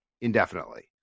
indefinitely